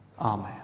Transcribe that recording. Amen